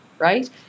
right